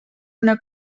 una